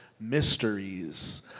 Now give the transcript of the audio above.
mysteries